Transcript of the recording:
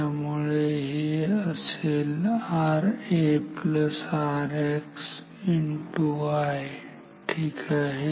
त्यामुळे हे असेल RARX x I ठीक आहे